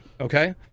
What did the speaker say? Okay